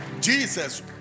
Jesus